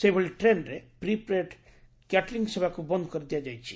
ସେହିଭଳି ଟ୍ରେନ୍ରେ prepaid catering ସେବାକୁ ବନ୍ କରିଦିଆଯାଇଛି